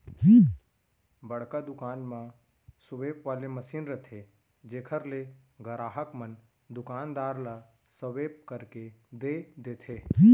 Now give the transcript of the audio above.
बड़का दुकान म स्वेप वाले मसीन रथे जेकर ले गराहक मन दुकानदार ल स्वेप करके दे देथे